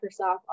Microsoft